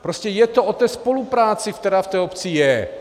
Prostě je to o spolupráci, která v té obci je.